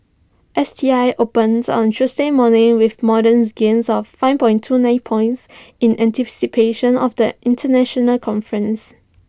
S T I opened on Tuesday morning with modest gains of five point two nine points in anticipation of the International conference